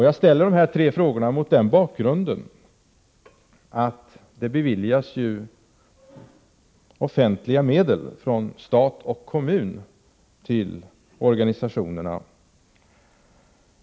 Jag ställer frågorna mot bakgrund av att det beviljas offentliga medel från stat och kommun till organisationerna.